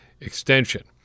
extension